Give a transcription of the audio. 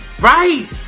Right